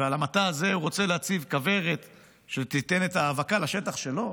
ועל המטע הזה הוא רוצה להציב כוורת שתיתן את ההאבקה לשטח שלו?